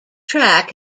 track